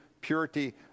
purity